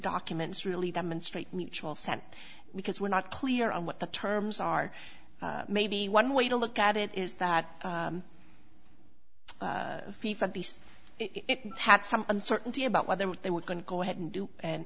documents really demonstrate mutual sent because we're not clear on what the terms are maybe one way to look at it is that it had some uncertainty about whether they were going to go ahead and do and